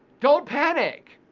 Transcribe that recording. don't panic,